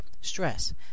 stress